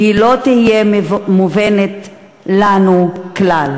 / היא לא תהיה מובנת לנו כלל."